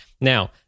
Now